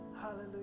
Hallelujah